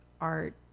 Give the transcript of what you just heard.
art